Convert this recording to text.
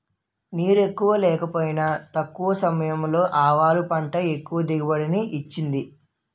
నీరెక్కువ లేకపోయినా తక్కువ సమయంలో ఆవాలు పంట ఎక్కువ దిగుబడిని ఇచ్చింది